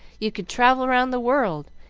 you could travel round the world,